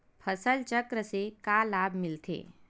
फसल चक्र से का लाभ मिलथे?